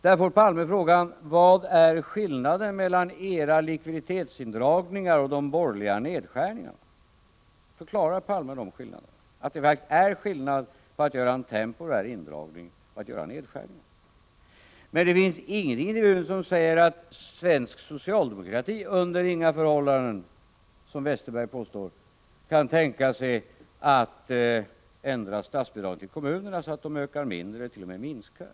Där fick Olof Palme frågan: Vad är skillnaden mellan era likviditetsindragningar och de borgerligas nedskärningar? Han förklarade att det är en skillnad på att göra en temporär indragning och att göra nedskärningar. Men det finns ingenting som säger att svensk socialdemokrati under inga förhållanden, som nu Bengt Westerberg påstår, kan tänka sig att ändra statsbidragen till kommunerna så att de ökar mindre eller t.o.m. minskar.